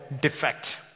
defect